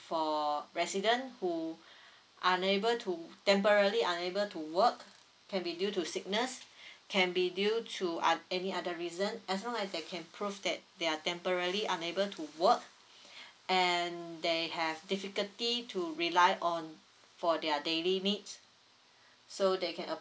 for resident who unable to temporary unable to work can be due to sickness can be due to any other reason as long as they can prove that they're temporary unable to work and they have difficulty to rely on for their daily needs so they can